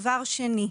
דבר שני,